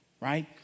right